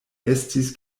estis